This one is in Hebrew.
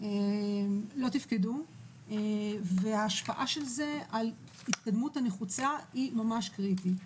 לא תפקדו וההשפעה של זה על ההתקדמות הנחוצה היא ממש קריטית.